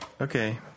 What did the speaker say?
Okay